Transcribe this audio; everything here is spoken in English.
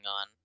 on